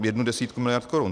Jednu desítku miliard korun.